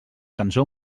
cançó